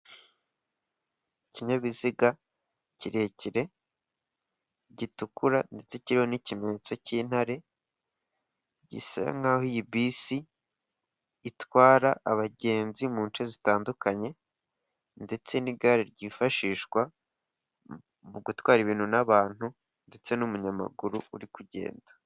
Ikinyabiziga kirekire gitukura ndetse kiho n'ikimenyetso cy'intare gisa nk'aho iyi bisi itwara abagenzi mu nce zitandukanye ndetse n'igare ryifashishwa mu gutwara ibintu n'abantu ndetse n'umunyamaguru uri kugenda.